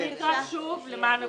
אני אקרא שוב למען הפרוטוקול: